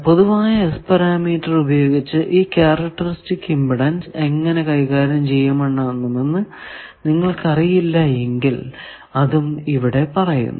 പൊതുവായ S parameter ഉപയോഗിച്ച് ഈ ക്യാരക്റ്ററിസ്റ്റിക് ഇമ്പിഡൻസ് എങ്ങനെ കൈകാര്യം ചെയ്യണമെന്ന് നിങ്ങൾക്കറിയില്ല എങ്കിൽ അതും ഇവിടെ പറയുന്നു